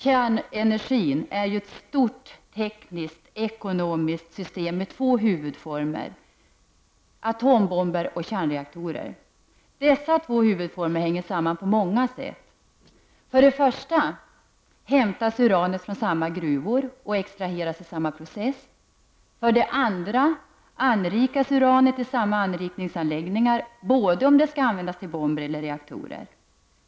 Kärnenergin är ju ett stort tekniskt och ekonomiskt system med två huvudformer— atombomber och kärnreaktorer. Dessa två huvudformer hänger samman på många sätt. För det första hämtas uranet från samma gruvor och extraheras i samma process. För det andra anrikas uranet i samma anrikningsanläggningar vare sig det skall användas till bomber eller reaktorer.